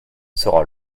sera